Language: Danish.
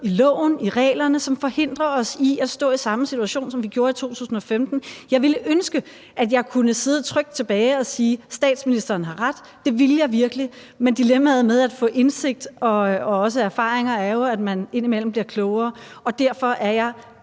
i loven, i reglerne, som forhindrer os i at stå i samme situation, som vi gjorde i 2015. Jeg ville ønske, at jeg kunne sidde trygt tilbage og sige: Statsministeren har ret. Det ville jeg virkelig, men dilemmaet med at få indsigt og også erfaringer er jo, at man indimellem bliver klogere, og derfor er jeg